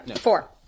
four